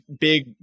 big